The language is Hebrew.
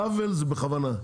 לא, עוול זה בכוונה,